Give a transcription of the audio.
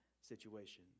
situation